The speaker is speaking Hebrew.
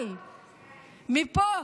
אבל מפה